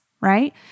right